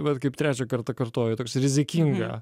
vat kaip trečią kartą kartoju ta prasme rizikinga